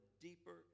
deeper